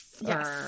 Yes